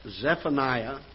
Zephaniah